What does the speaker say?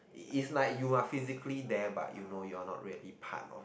it is like you are physically there but you know you are not really part of